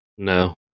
No